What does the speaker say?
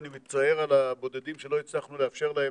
אני מצטער על הבודדים שלא הצלחנו לאפשר להם,